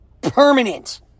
permanent